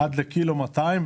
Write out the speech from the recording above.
עד קילו ו-200 גרם,